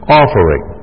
offering